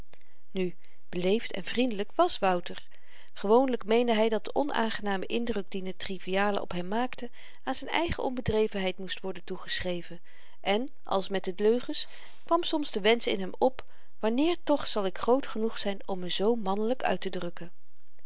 nu beleefd en vriendelyk wàs wouter gewoonlyk meende hy dat de onaangename indruk dien het trivale op hem maakte aan z'n eigen onbedrevenheid moest worden toegeschreven en als met de leugens kwam soms de wensch in hem op wanneer toch zal ik groot genoeg zyn om me zoo mannelyk uittedrukken